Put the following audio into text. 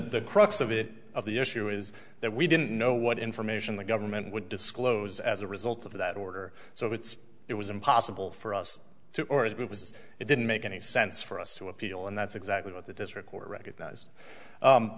crux of it of the issue is that we didn't know what information the government would disclose as a result of that order so it's it was impossible for us to or it was it didn't make any sense for us to appeal and that's exactly what the district court recognize